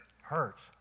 hurts